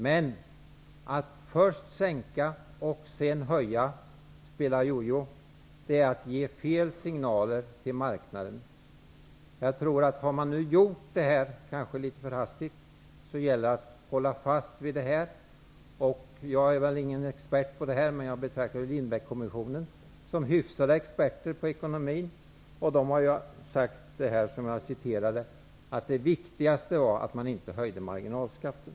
Men att först sänka och sedan höja -- spela jo-jo -- är att ge fel signaler till marknaden. Om det nu har skett litet för hastigt gäller det att i fortsättningen hålla tillbaka. Jag är inte expert på detta. Men jag betraktar ledamöterna i Lindbeckkommissionen som hyfsade experter på ekonomi. De har ju sagt att det är viktigast att inte höja marginalskatterna.